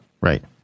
Right